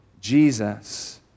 Jesus